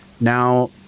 Now